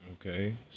Okay